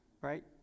right